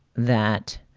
that.